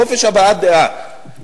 חופש הבעת דעה,